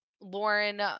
Lauren